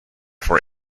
for